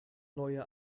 neue